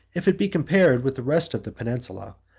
if it be compared with the rest of the peninsula,